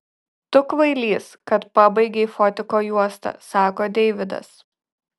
tu kvailys kad pabaigei fotiko juostą sako deividas